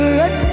let